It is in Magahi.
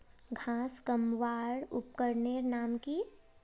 घांस कमवार उपकरनेर नाम की?